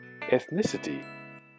ethnicity